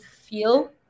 feel